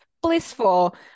blissful